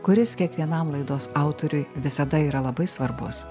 kuris kiekvienam laidos autoriui visada yra labai svarbus